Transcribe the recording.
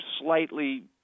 slightly